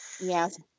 Yes